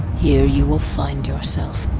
here, you will find yourself